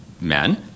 men